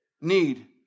need